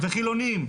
וחילונים,